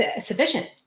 sufficient